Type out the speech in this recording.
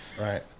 Right